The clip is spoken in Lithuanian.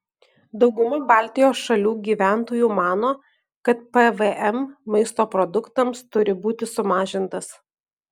dauguma baltijos šalių gyventojų mano kad pvm maisto produktams turi būti sumažintas